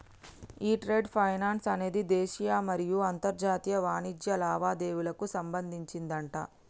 ఈ trade finance అనేది దేశీయ మరియు అంతర్జాతీయ వాణిజ్య లావాదేవీలకు సంబంధించిందట